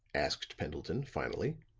asked pendleton, finally.